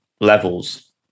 levels